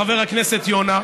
חבר הכנסת יונה?